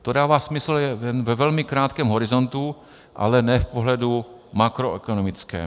To dává smysl ve velmi krátkém horizontu, ale ne v pohledu makroekonomickém.